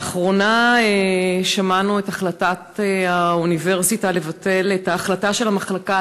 לאחרונה שמענו על החלטת האוניברסיטה לבטל את ההחלטה של המחלקה